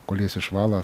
kol jas išvalo